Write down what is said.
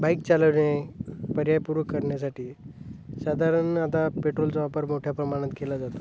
bike चालवणे पर्यायपूर्वक करण्यासाठी साधारण आता पेट्रोलचा वापर मोठ्या प्रमाणात केला जातो